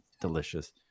delicious